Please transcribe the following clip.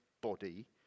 body